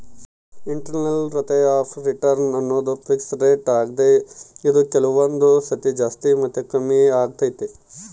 internal rate of return ಅನ್ನೋದು fix rate ಆಗ್ದೆ ಇದು ಕೆಲವೊಂದು ಸತಿ ಜಾಸ್ತಿ ಮತ್ತೆ ಕಮ್ಮಿಆಗ್ತೈತೆ